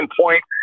point